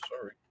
Sorry